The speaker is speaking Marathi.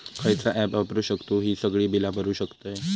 खयचा ऍप वापरू शकतू ही सगळी बीला भरु शकतय?